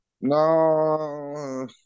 No